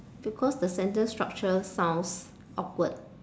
because the sentence structure sounds awkward